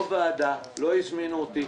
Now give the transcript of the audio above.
לא ועדה, לא הזמינו אותי.